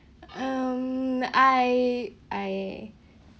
um I I